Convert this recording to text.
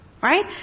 Right